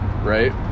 Right